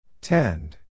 Tend